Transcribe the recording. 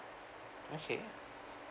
okay